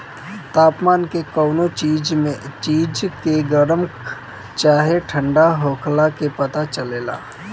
तापमान के कवनो भी चीज के गरम चाहे ठण्डा होखला के पता चलेला